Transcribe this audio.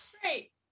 great